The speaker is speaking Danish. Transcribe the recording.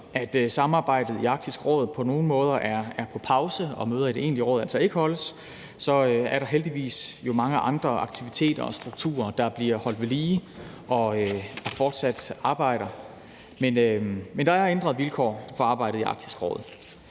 om samarbejdet i Arktisk Råd på nogle måder er på pause og møder i det egentlige råd altså ikke holdes, er der heldigvis mange andre aktiviteter og strukturer, der bliver holdt ved lige og fortsat arbejder. Der er ændrede vilkår for arbejdet i Arktisk Råd,